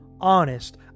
honest